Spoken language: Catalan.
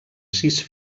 sis